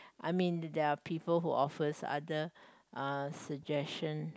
I mean there are people who offers other uh suggestion